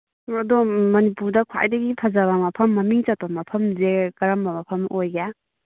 ꯑꯣ ꯑꯗꯣ ꯃꯅꯤꯄꯨꯔꯗ ꯈ꯭ꯋꯥꯏꯗꯒꯤ ꯐꯖꯕ ꯃꯐꯝ ꯃꯃꯤꯡ ꯆꯠꯄ ꯃꯐꯝꯁꯦ ꯀꯔꯝꯕ ꯃꯐꯝ ꯑꯣꯏꯒꯦ